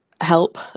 Help